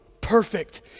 perfect